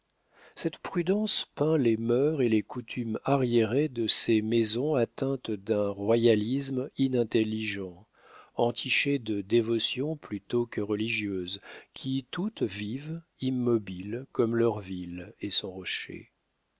cette prudence peint les mœurs et les coutumes arriérées de ces maisons atteintes d'un royalisme inintelligent entichées de dévotion plutôt que religieuses qui toutes vivent immobiles comme leur ville et son rocher